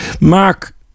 Mark